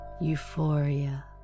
euphoria